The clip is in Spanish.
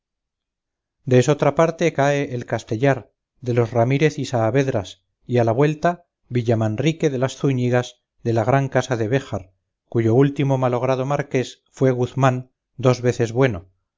de esotra parte cae el castellar de los ramírez y saavedras y a la vuelta villamanrique de las zúñigas de la gran casa de béjar cuyo último malogrado marqués fué guzmán dos veces bueno